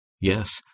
Yes